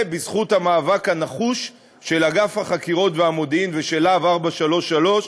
זה בזכות המאבק הנחוש של אגף החקירות והמודיעין ושל "להב 433"